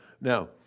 Now